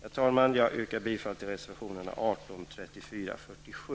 Jag yrkar bifall till reservationerna 18, 34 och 47.